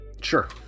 Sure